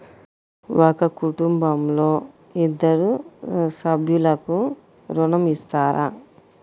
ఒక కుటుంబంలో ఇద్దరు సభ్యులకు ఋణం ఇస్తారా?